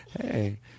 Hey